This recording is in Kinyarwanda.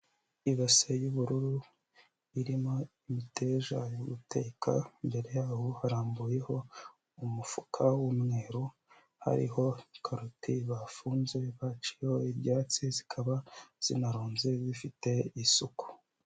Ibase y'ubururu irimo imiteja yo guteka, imbere yaho harambuyeho umufuka w'umweru, hariho karoti bafunze baciyeho ibyatsi, zikaba zinaronze zifite isuku.